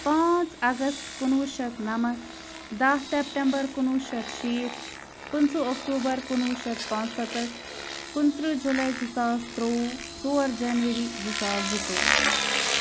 پانٛژھ اگسٹ کُنوُہ شَتھ نَمَتھ دَہ سٮ۪پٹمبَر کُنوُہ شَتھ شیٖتھ پٕنٛژٕ اکٹوٗبَر کُنوُہ شَتھ پانٛژھ سَتَتھ کُنتٕرٛہ جُلاے زٕ ساس ترٛوٚوُہ ژور جَنؤری زٕ ساس زٕتووُہ